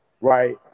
right